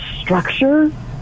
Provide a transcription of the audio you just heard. structure